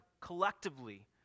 collectively